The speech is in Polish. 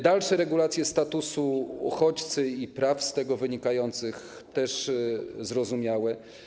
Dalsze regulacje statusu uchodźcy i praw z tego wynikających również są zrozumiałe.